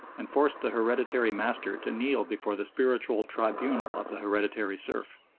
and force the hereditary master to kneel before the spiritual tribunal of the hereditary serf.